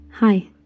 Hi